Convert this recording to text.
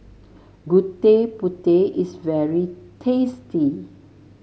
Gudeg Putih is very tasty